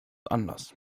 anders